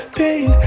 pain